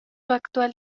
actual